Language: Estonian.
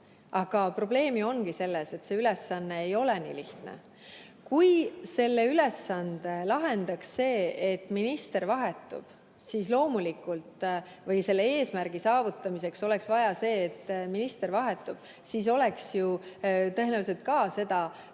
Aga probleem ju ongi selles, et see ülesanne ei ole nii lihtne. Kui selle ülesande lahendaks see, et minister vahetub, kui selle eesmärgi saavutamiseks oleks vaja seda, et minister vahetub, siis loomulikult oleks tõenäoliselt seda